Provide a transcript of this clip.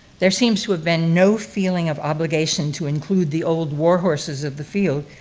there seems to have been no feeling of obligation to include the old war horses of the field,